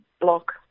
block